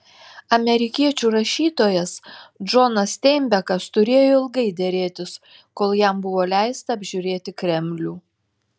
amerikiečių rašytojas džonas steinbekas turėjo ilgai derėtis kol jam buvo leista apžiūrėti kremlių